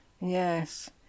Yes